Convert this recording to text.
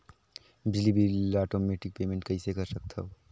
बिजली बिल ल automatic payment कइसे कर सकथव?